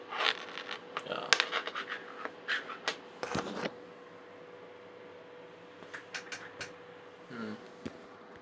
ya mmhmm